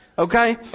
Okay